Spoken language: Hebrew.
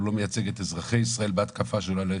הוא לא מייצג את אזרחי ישראל בהתקפה שלו עליכם.